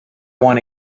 want